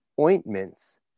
ointments